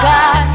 God